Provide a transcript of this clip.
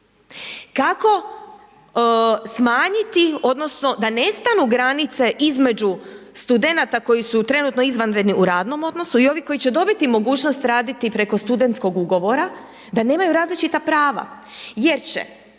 Kako smanjiti odnosno da nestanu granice između studenata koji su trenutno izvanredni u radnom odnosu i ovi koji će dobiti mogućnost raditi preko studentskog ugovora da nemaju različita prava? Jer će